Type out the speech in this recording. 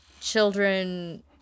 children